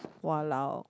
!walao!